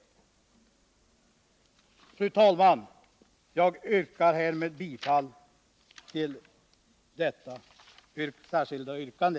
Fru talman! Jag yrkar härmed bifall till detta särskilda yrkande.